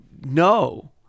no